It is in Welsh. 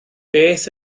beth